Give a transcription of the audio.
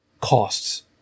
costs